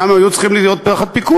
אומנם הם היו צריכים להיות תחת פיקוח,